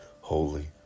Holy